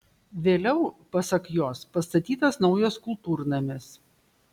vėliau pasak jos pastatytas naujas kultūrnamis